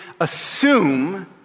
assume